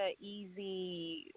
easy